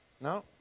No